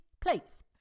plates